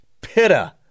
Pitta